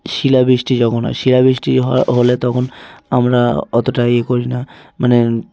শিলাবৃষ্টি যখন হয় শিলাবৃষ্টি হলে তখন আমরা অতটা ইয়ে করি না মানে